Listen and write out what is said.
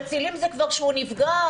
מצילים זה כבר כשהוא נפגע.